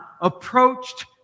approached